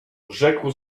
rzekł